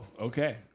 okay